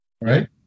right